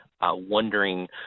wondering